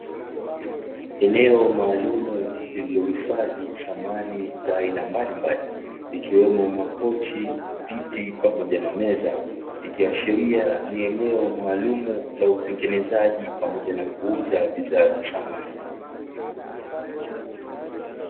Eneo maalumu lililohifadhi samani za aina mbalimbali, ikiwemo, makochi, viti pamoja na meza, ikiashiria ni eneo maalumu la utengenezaji pamoja na kuuza bidhaa za samani.